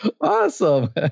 Awesome